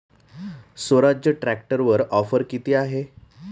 स्वराज्य ट्रॅक्टरवर ऑफर किती आहे?